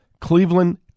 Cleveland